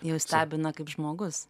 jau stebina kaip žmogus